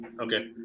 Okay